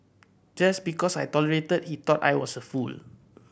just because I tolerated he thought I was a fool